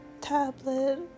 tablet